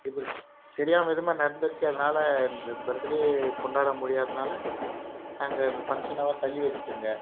இது தெரியாத விதமாக நடந்துருச்சு அதனால இந்த பர்த்டே கொண்டாட முடியாததினால நாங்கள் இந்த ஃபங்ஷனெலாம் தள்ளி வச்சுட்டோங்க